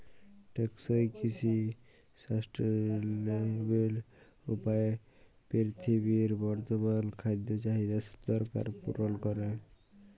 টেকসই কিসি সাসট্যালেবেল উপায়ে পিরথিবীর বর্তমাল খাদ্য চাহিদার দরকার পুরল ক্যরে